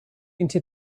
into